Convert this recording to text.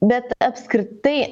bet apskritai